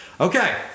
Okay